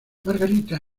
margarita